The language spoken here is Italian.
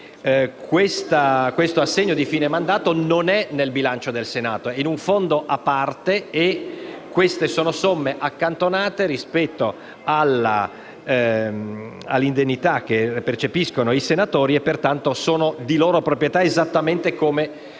perché l'assegno di fine mandato non è nel bilancio del Senato, ma in un fondo a parte. Queste sono somme accantonate rispetto all'indennità che percepiscono i senatori, quindi sono di loro proprietà esattamente come gli